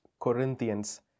Corinthians